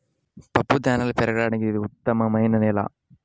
పప్పుధాన్యాలు పెరగడానికి ఇది ఉత్తమమైన నేల